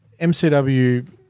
MCW